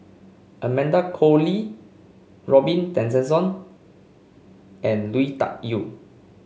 Amanda Koe Lee Robin Tessensohn and Lui Tuck Yew